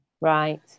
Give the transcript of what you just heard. Right